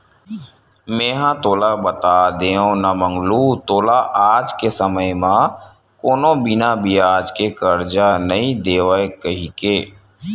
मेंहा तो तोला बता देव ना मंगलू तोला आज के समे म कोनो बिना बियाज के करजा नइ देवय कहिके